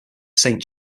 saint